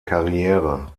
karriere